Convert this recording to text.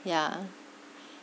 yeah